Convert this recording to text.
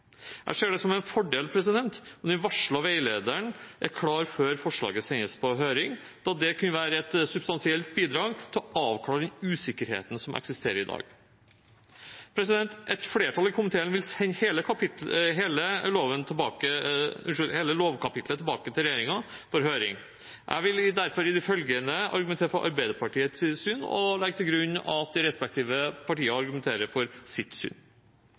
Jeg ser det som en fordel om den varslede veilederen er klar før forslaget sendes på høring, da det kan være et substansielt bidrag til å avklare den usikkerheten som eksisterer i dag. Et flertall i komiteen vil sende hele lovkapittelet tilbake til regjeringen for høring. Jeg vil derfor i det følgende argumentere for Arbeiderpartiets syn og legger til grunn at de respektive partier argumenterer for sitt syn.